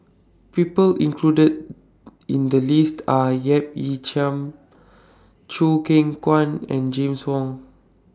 The People included in The list Are Yap Ee Chian Choo Keng Kwang and James Wong